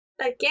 again